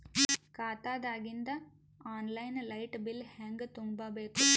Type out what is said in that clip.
ಖಾತಾದಾಗಿಂದ online light bill ಹೇಂಗ ತುಂಬಾ ಬೇಕು?